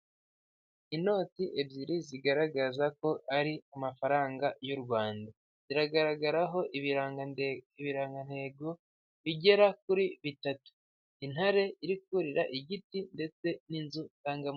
Inoti ebyiri zigaragaza ko ari amafaranga y'u rwanda, zigaragaraho ibirangantego bigera kuri bitatu intare iri kurira , igiti ndetse n'inzu ndangamurage.